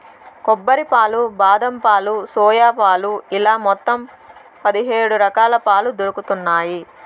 కొబ్బరి పాలు, బాదం పాలు, సోయా పాలు ఇలా మొత్తం పది హేడు రకాలుగా పాలు దొరుకుతన్నాయి